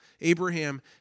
Abraham